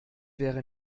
wäre